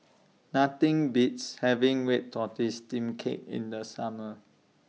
Nothing Beats having Red Tortoise Steamed Cake in The Summer